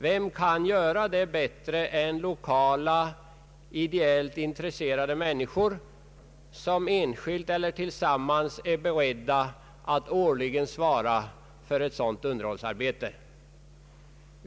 Vem kan göra det bättre än ideellt intresserade människor i trakten som enskilt eller tillsammans är beredda att årligen svara för ett sådant underhållsarbete?